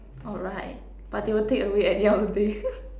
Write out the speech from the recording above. alright but they will take away at the end of the day